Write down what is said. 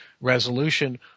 resolution